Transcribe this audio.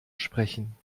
sprechen